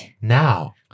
Now